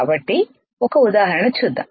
కాబట్టి ఒక ఉదాహరణ చూద్దాం